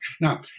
Now